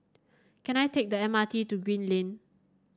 can I take the M R T to Green Lane